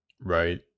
right